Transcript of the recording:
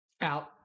Out